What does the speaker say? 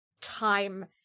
time